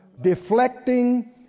deflecting